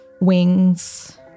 wings